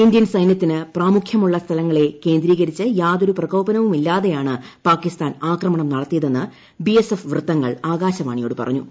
Indian സൈന്യത്തിന് പ്രാമുഖ്യമുള്ള സ്ഥലങ്ങളെ കേന്ദ്രീകരിച്ച് യാതൊരു പ്രകോപനവുമില്ലാതെയാണ് പാകിസ്ഥാൻ ആക്രമണം നടത്തിയതെന്ന് ബിഎസ്എഫ് വൃത്തങ്ങൾ ആകാശവാണിയോട് പറഞ്ഞു